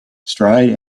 stride